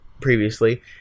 previously